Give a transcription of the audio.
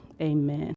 amen